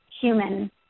human